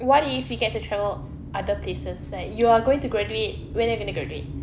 what if we get to travel other places like you're going to graduate when you gonna graduate